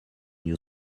new